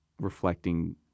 reflecting